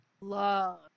love